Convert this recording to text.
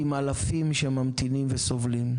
עם אלפים שממתינים וסובלים,